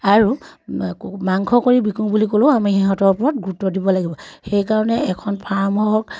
আৰু মাংস কৰি বিকোঁ বুলি ক'লেও আমি সিহঁতৰ ওপৰত গুৰুত্ব দিব লাগিব সেইকাৰণে এখন ফাৰ্ম হওক